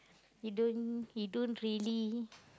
he don't he don't really